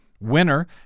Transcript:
Winner